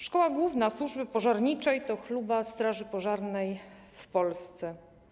Szkoła Główna Służby Pożarniczej to chluba straży pożarnej w Polsce.